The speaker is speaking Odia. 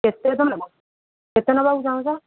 କେତେ ନେବ କେତେ ନେବାକୁ ଚାହୁଁଛ